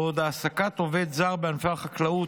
בעוד העסקת עובד זר בענפי החקלאות,